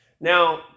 Now